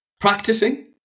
Practicing